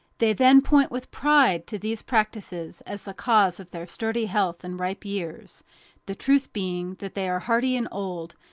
they then point with pride to these practices as the cause of their sturdy health and ripe years the truth being that they are hearty and old,